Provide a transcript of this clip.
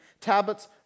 Tablets